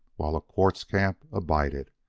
while a quartz camp abided,